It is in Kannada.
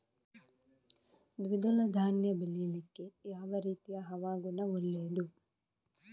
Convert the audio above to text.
ದ್ವಿದಳ ಧಾನ್ಯ ಬೆಳೀಲಿಕ್ಕೆ ಯಾವ ರೀತಿಯ ಹವಾಗುಣ ಒಳ್ಳೆದು?